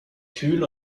kühl